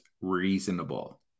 reasonable